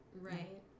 Right